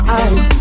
eyes